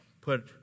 Put